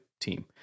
team